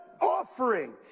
offering